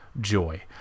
joy